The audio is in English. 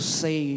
say